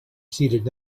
seated